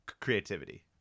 creativity